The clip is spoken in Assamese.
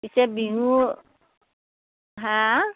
পিছে বিহু হাঁ